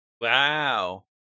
Wow